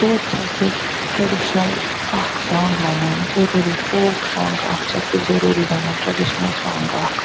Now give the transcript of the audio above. تویتہِ چھَس بہٕ ٹرٛٮ۪ڈِشنَل اکھ سانٛگ وَنان ضٔروٗری فوک سانٛگ اکھ چھَس بہٕ ضٔروٗری وَنان ٹرٛٮ۪ڈِشنَل سانٛگ اکھ